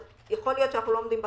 יכול להיות שאנחנו לא עומדים בקצב,